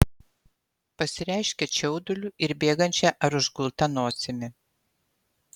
pasireiškia čiauduliu ir bėgančia ar užgulta nosimi